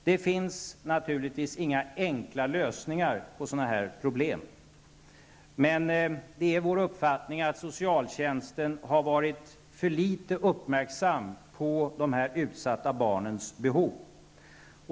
Det finns naturligtvis inga enkla lösningar på sådana här problem, men det är vår uppfattning att socialtjänsten har varit för litet uppmärksam på de här utsatta barnens behov.